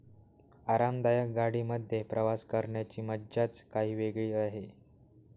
आरामदायक गाडी मध्ये प्रवास करण्याची मज्जाच काही वेगळी आहे